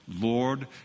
Lord